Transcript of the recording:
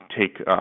take